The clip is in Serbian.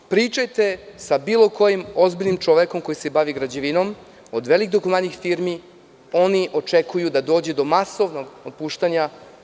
Pričajte sa bilo kojim ozbiljnim čovekom koji se bavi građevinom, od velikih dugovanja firmi očekuju da dođe do masovnih otpuštanja.